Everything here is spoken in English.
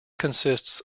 consists